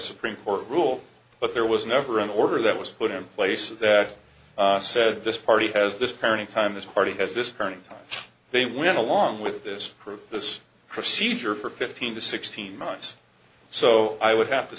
supreme court rule but there was never an order that was put in place that said this party has this parenting time this party has this current they went along with this through this procedure for fifteen to sixteen months so i would have to